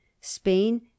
Spain